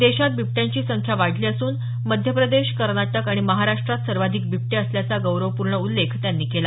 देशात बिबट्यांची संख्या वाढली असून मध्य प्रदेश कर्नाटक आणि महाराष्ट्रात सर्वाधिक बिबटे असल्याचा गौरवपूर्ण उल्लेख त्यांनी केला